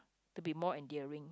to be more endearing